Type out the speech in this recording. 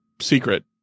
secret